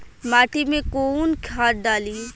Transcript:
माटी में कोउन खाद डाली?